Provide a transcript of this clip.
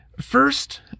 First